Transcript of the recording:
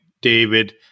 David